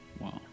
Wow